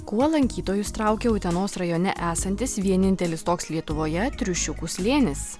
kuo lankytojus traukia utenos rajone esantis vienintelis toks lietuvoje triušiukų slėnis